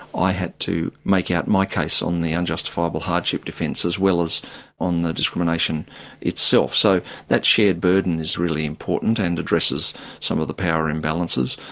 i had to make out my case on the unjustifiable hardship defence as well as on the discrimination itself. so that shared burden is really important and addresses some of the power imbalances.